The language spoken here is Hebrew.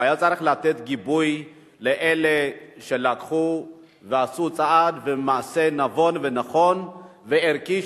הוא היה צריך לתת גיבוי לאלה שלקחו ועשו צעד ומעשה נבון ונכון וערכי,